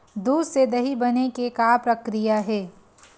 दूध से दही बने के का प्रक्रिया हे?